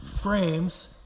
frames